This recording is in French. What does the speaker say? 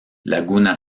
laguna